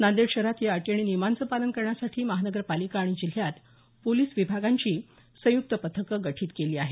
नांदेड शहरात या अटी आणि नियमांचं पालन करण्यासाठी महानगरपालिका आणि जिल्ह्यात पोलीस विभागांची संयुक्त पथकं गठीत केली आहेत